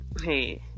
hey